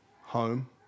home